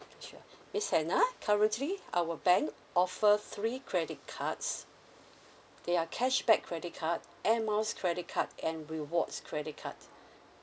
sure miss hannah currently our bank offer three credit cards they are cashback credit card air miles credit card and rewards credit cards